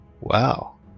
Wow